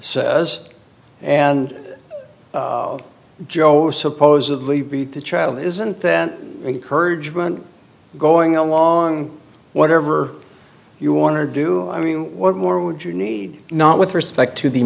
says and joe are supposedly the child isn't that encouraged going along whatever you want to do i mean what more would you need not with respect to the